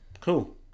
Cool